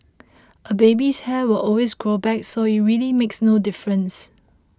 a baby's hair will always grow back so it really makes no difference